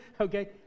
Okay